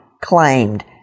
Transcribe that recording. claimed